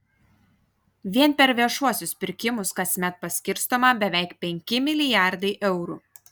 vien per viešuosius pirkimus kasmet paskirstoma beveik penki milijardai eurų